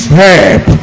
help